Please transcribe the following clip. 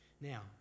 Now